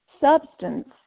substance